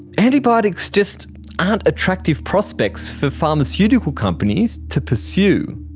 antibiotics just aren't attractive prospects for pharmaceutical companies to pursue.